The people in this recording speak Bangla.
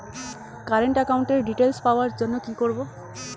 কারেন্ট একাউন্টের ডিটেইলস পাওয়ার জন্য কি করব?